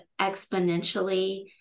exponentially